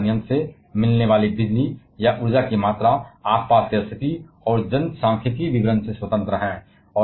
वे परमाणु संयंत्र से मिलने वाली बिजली या ऊर्जा की मात्रा आसपास की स्थिति और जनसांख्यिकीय विवरण से स्वतंत्र हैं